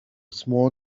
small